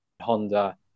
Honda